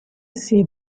see